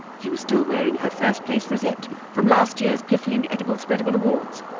she was still wearing her first place rosette from last year's piffling edible spreadable awards.